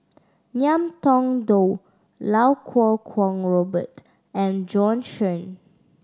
Ngiam Tong Dow Lau Kuo Kwong Robert and Bjorn Shen